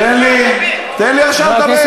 תן לי עכשיו לדבר.